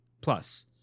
plus